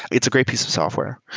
it's a great piece of software.